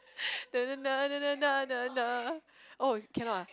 oh cannot ah